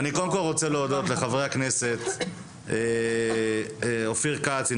אני קודם כל רוצה להודות לחברי הכנסת אופיר כץ,